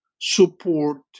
support